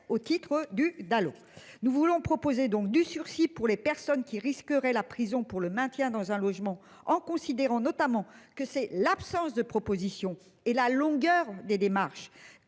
au titre du Dalo. Nous voulons proposer donc du sursis pour les personnes qui risquerait la prison pour le maintien dans un logement en considérant notamment que c'est l'absence de propositions et la longueur des démarches.